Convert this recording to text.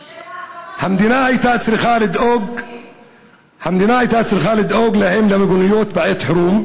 או שמא ה"חמאס" המדינה הייתה צריכה לדאוג להם למיגוניות בעת חירום,